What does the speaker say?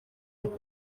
leta